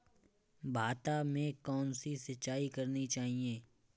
भाता में कौन सी सिंचाई करनी चाहिये?